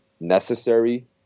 necessary